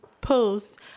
post